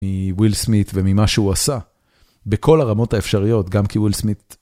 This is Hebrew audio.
מוויל סמית וממה שהוא עשה בכל הרמות האפשריות, גם כוויל סמית.